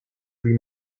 lui